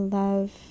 love